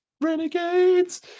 Renegades